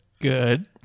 Good